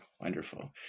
Wonderful